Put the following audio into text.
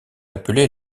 appelé